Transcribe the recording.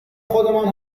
خودمان